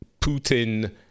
Putin